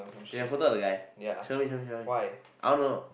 you have photo of the guy show me show me show me I wanna know